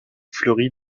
fleurit